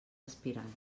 aspirants